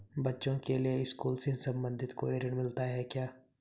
बच्चों के लिए स्कूल से संबंधित कोई ऋण मिलता है क्या?